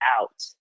out